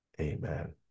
amen